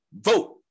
vote